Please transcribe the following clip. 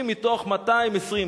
אם מתוך 220,